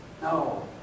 No